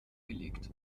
gelegt